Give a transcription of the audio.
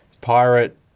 pirate